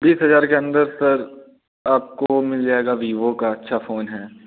बीस हज़ार के अंदर सर आपको मिल जाएगा वीवो का अच्छा फ़ोन है